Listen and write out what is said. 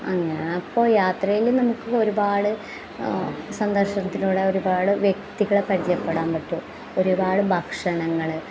അങ്ങനെ അപ്പോൾ യാത്രയിൽ നമുക്ക് ഒരുപാട് സന്തോഷത്തിലൂടെ ഒരുപാട് വ്യക്തികളെ പരിചയപ്പെടാൻ പറ്റും ഒരുപാട് ഭക്ഷണങ്ങൾ